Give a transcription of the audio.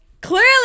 Clearly